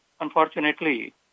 unfortunately